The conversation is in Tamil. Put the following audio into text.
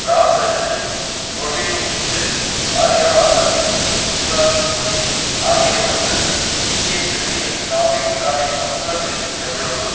ரா pressery protein milk shake Arya organic திரிபுரால் பொடி ஆகியவற்றை நீக்கிய பிறகு என் ஷாப்பிங் கார்ட்டின் மொத்தல பில் எவ்வளவு